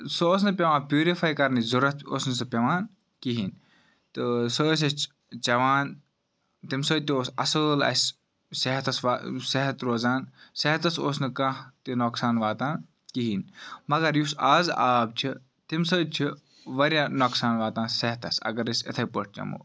سُہ اوس نہٕ پیٚوان پیورِفاے کَرنِچ ضوٚرَتھ اوس نہٕ سُہ پیٚوان کِہیٖنۍ تہٕ سُہ ٲسۍ أسۍ چٮ۪وان تمہِ سۭتۍ تہِ اوس اَصٕل اَسہِ صحتَس فَ صحت روزان صحتَس اوس نہِ کانٛہہ تہِ نۄقصان واتان کِہیٖنۍ مَگَر یُس اَز آب چھُ تمہِ سۭتۍ چھِ واریاہ نۄقصان واتان صحتَس اَگَر أسۍ یِتھے پٲٹھۍ چٮ۪مو